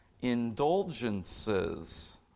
indulgences